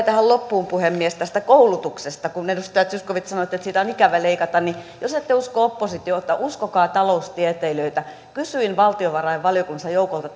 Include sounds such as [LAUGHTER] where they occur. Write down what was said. [UNINTELLIGIBLE] tähän loppuun puhemies tästä koulutuksesta edustaja zyskowicz sanoitte että siitä on ikävä leikata jos ette usko oppositiota uskokaa taloustieteilijöitä kun kysyin valtiovarainvaliokunnassa joukolta [UNINTELLIGIBLE]